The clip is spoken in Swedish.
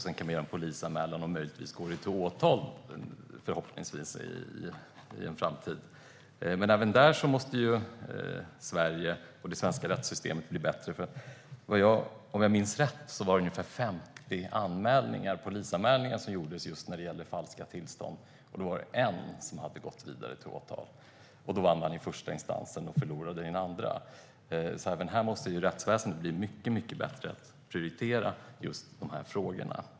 Sedan kan vi göra en polisanmälan, och förhoppningsvis går det till åtal i en framtid. Även där måste Sverige och det svenska rättssystemet bli bättre. Om jag minns rätt var det ungefär 50 polisanmälningar som gjordes just när det gäller falska tillstånd. Det var en som hade gått vidare till åtal, och då vann man i första instansen och förlorade i den andra. Även här måste rättsväsendet bli mycket bättre på att prioritera de här frågorna.